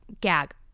Gag